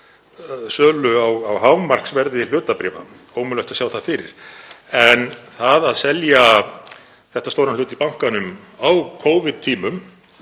sölu á hámarksverði hlutabréfa, ómögulegt að sjá það fyrir. En það að selja þetta stóran hlut í bankanum á Covid-tímum